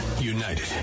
united